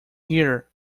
hear